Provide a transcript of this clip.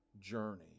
journey